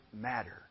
matter